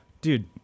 dude